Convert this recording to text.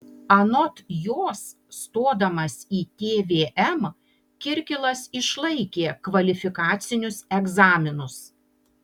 anot jos stodamas į tvm kirkilas išlaikė kvalifikacinius egzaminus